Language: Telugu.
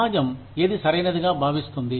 సమాజం ఏది సరైనదిగా భావిస్తుంది